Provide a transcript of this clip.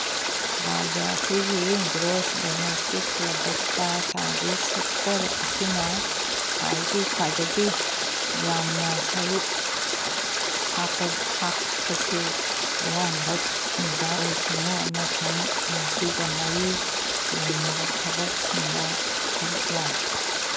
ꯔꯥꯖ꯭ꯌꯥ ꯑꯁꯤꯒꯤ gross domestic product service sector ꯑꯁꯤꯅ ꯈ꯭ꯋꯥꯏꯗꯒꯤ ꯌꯥꯝꯅ ꯁꯔꯨꯛ ꯍꯥꯞꯄꯁꯨ ꯑꯌꯥꯝꯕ ꯈꯨꯟꯖꯥ ꯂꯧꯎ ꯁꯤꯡꯎ ꯑꯃꯁꯨꯡ ꯃꯁꯤꯒ ꯃꯔꯤ ꯂꯩꯅꯕ ꯊꯕꯛꯁꯤꯡꯗ ꯁꯔꯨꯛ ꯌꯥꯏ